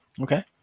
Okay